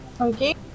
Okay